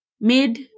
mid